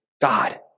God